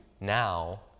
now